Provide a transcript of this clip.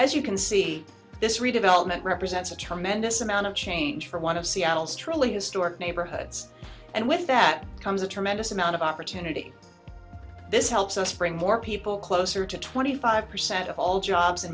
as you can see this redevelopment represents a tremendous amount of change for one of seattle's truly historic neighborhoods and with that comes a tremendous amount of opportunity this helps us bring more people closer to twenty five percent of all jobs in